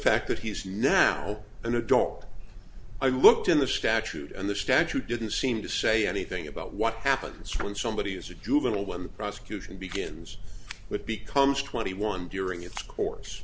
fact that he's now an adult i looked in the statute and the statute didn't seem to say anything about what happens when somebody is a juvenile when the prosecution begins but becomes twenty one during its co